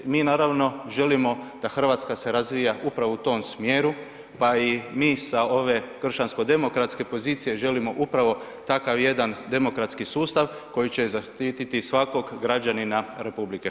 Mi naravno želimo da hrvatska se razvija upravo u tom smjeru pa i mi sa ove kršćansko demokratske pozicije želimo upravo takav jedan demokratski sustav koji će zaštititi svakog građanina RH.